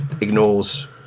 ignores